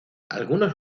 algunos